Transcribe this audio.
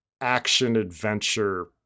action-adventure